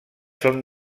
són